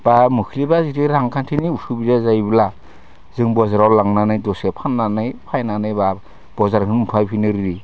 बा मोख्रिबा जुदि रां खान्थिनि सुबिदा जायोब्ला जों बजाराव लांनानै दसे फाननानै फायनानैबा बजारनो फायफिनगोनरि